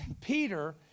Peter